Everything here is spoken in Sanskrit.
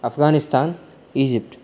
अफ़्गानिस्तान् इजिप्ट्